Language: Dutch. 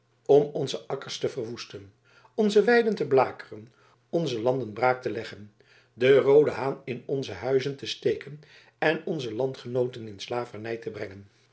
om onze akkers te verwoesten onze weiden te blakeren onze landen braak te leggen den rooden haan in onze huizen te steken en onze landgenooten in slavernij te brengen